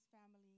family